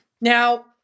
Now